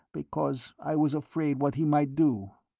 because i was afraid what he might do.